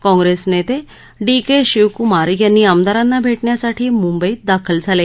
कॉंग्रेस नेते डी के शिवकुमार या आमदारांना भेटण्यासाठी मुंबईत दाखल झाले